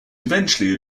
eventually